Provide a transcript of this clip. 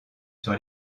sur